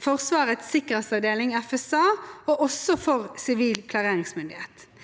Forsvarets sikkerhetsavdeling, FSA, og også for Sivil klareringsmyndighet.